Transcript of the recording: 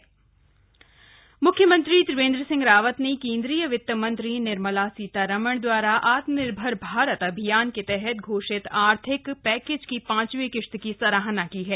मुख्यमंत्री आभार मुख्यमंत्री त्रिवेन्द्र सिंह रावत ने केन्द्रीय वित्तमंत्री निर्मला सीतारमण द्वारा आत्मनिर्भर भारत अभियान के तहत घोषित आर्थिक पैकेज की पॉचवी किस्त की सराहना की है